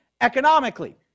economically